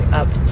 up